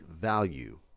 value